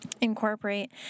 incorporate